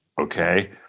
okay